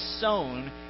sown